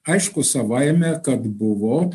aišku savaime kad buvo